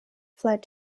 fled